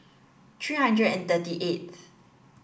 three hundred and thirty eighth